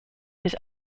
his